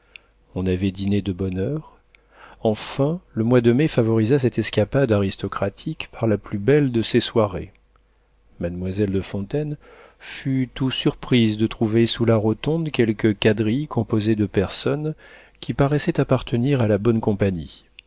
on avait dîné de bonne heure enfin le mois de mai favorisa cette escapade aristocratique par la plus belle de ses soirées mademoiselle de fontaine fut toute surprise de trouver sous la rotonde quelques quadrilles composés de personnes qui paraissaient appartenir à la bonne compagnie